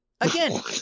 Again